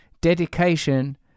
dedication